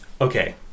Okay